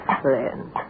friend